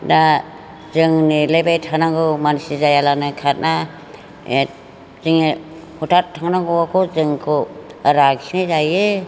दा जों नेलायबाय थानांगौ मानसि जायाब्लानो खारा जोङो हथात थांनांगौखौ जोंखौ लाखिनाय जायो